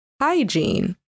hygiene